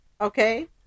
okay